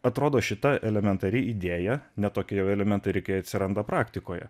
atrodo šita elementari idėja ne tokia jau elementari kai atsiranda praktikoje